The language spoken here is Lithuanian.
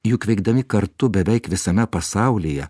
juk veikdami kartu beveik visame pasaulyje